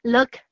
Look